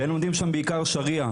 והם לומדים שם בעיקר שריעה,